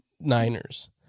Niners